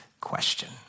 question